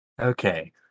Okay